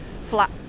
flat